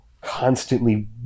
constantly